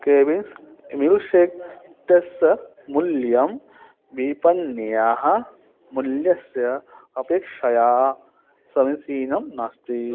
Kevin's milkshake इत्यस्य मूल्यं विपण्याः मूल्यस्य अपेक्षया समीचीनं नास्ति